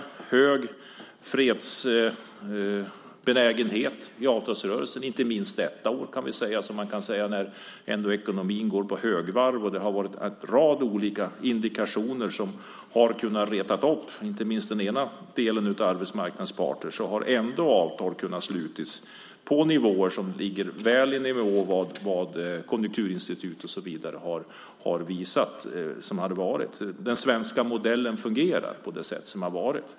Det har varit hög fredsbenägenhet i avtalsrörelsen, inte minst detta år när ekonomin ändå går på högvarv och det har varit en rad olika indikationer som har kunnat reta upp inte minst den ena delen av arbetsmarknadens parter. Trots detta har avtal kunnat slutas på nivåer som ligger väl i nivå med vad Konjunkturinstitutet och andra har gissat. Den svenska modellen fungerar på det sätt som har varit.